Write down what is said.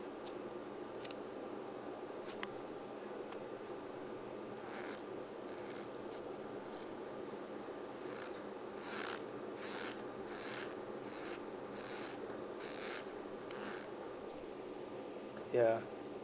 ya